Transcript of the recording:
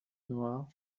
noire